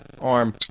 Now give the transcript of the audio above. arm